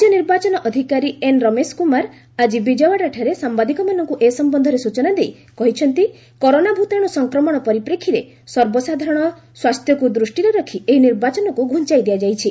ରାଜ୍ୟ ନିର୍ବାଚନ ଅଧିକାରୀ ଏନ୍ ରମେଶ କୁମାର ଆଜି ବିଜୱାଡାଠାରେ ସାମ୍ବାଦିକମାନଙ୍କୁ ଏ ସମ୍ପନ୍ଧରେ ସୂଚନା ଦେଇ କହିଛନ୍ତି କରୋନା ଭୂତାଣୁ ସଂକ୍ରମଣ ପରିପ୍ରେକ୍ଷୀରେ ସର୍ବସାଧାରଣ ସ୍ୱାସ୍ଥ୍ୟକୁ ଦୃଷ୍ଟିରେ ରଖି ପଞ୍ଚାୟତ ନିର୍ବାଚନକୁ ଘୁଞ୍ଚାଇ ଦିଆଯାଇଛି